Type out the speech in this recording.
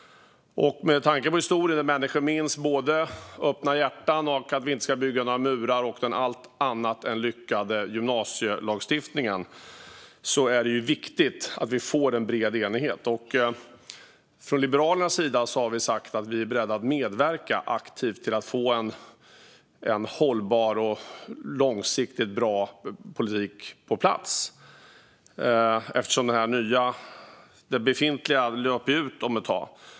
Med tanke på historien - människor minns både öppna hjärtan och att vi inte ska bygga några murar liksom den allt annat än lyckade gymnasielagstiftningen - är det viktigt att vi får en bred enighet. Från Liberalernas sida har vi sagt att vi är beredda att medverka aktivt till att få en hållbar och långsiktigt bra politik på plats, eftersom den befintliga löper ut om ett tag.